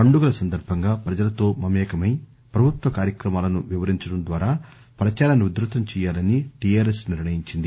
పండుగల సందర్భంగా ప్రజల తో మమేకమై ప్రభుత్వ కార్యక్రమాలను వివరించడం ద్వారా ప్రచారాన్ని ఉదృతం చేయాలని టిఆర్ఎస్ నిర్ణయించింది